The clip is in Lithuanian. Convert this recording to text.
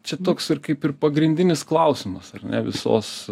čia toks ir kaip ir pagrindinis klausimas ar ne visos